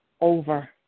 over